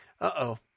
uh-oh